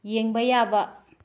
ꯌꯦꯡꯕ ꯌꯥꯕ